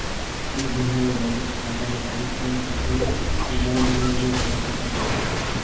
एक महीना मे बचत खाता ले अधिकतम कतना ऑनलाइन लेन देन कर सकत हव?